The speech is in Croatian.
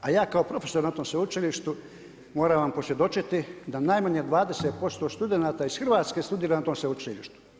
A ja kao profesor na tom sveučilištu moram vam posvjedočiti da najmanje 20% studenata iz Hrvatske studira na tom sveučilištu.